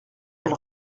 elle